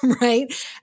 Right